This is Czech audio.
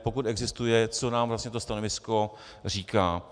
Pokud existuje, co nám vlastně to stanovisko říká.